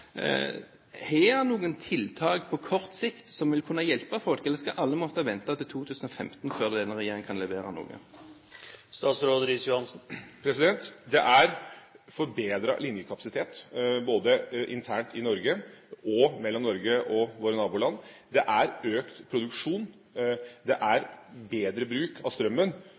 Har statsråden noen tiltak på kort sikt som vil kunne hjelpe folk? Eller skal alle måtte vente til 2015 før denne regjeringen kan levere noe? Det er forbedret linjekapasitet, både internt i Norge og mellom Norge og våre naboland. Det er økt produksjon. Det er bedre bruk av strømmen,